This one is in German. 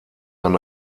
ein